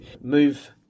move